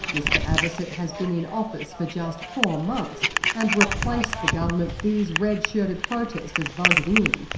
mr abhisit has been in office for just four months and replaced the government these red-shirted protestors voted in.